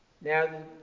Now